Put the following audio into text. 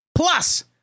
Plus